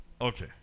okay